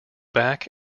back